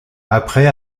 après